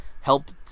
helped